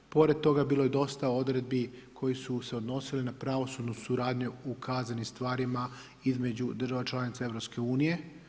Pored toga bilo je dosta odredbi koje su se odnosile na pravosudnu suradnju u kaznenim stvarima između država članica Europske unije.